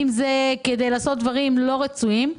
אם זה כדי לעשות דברים לא רצויים,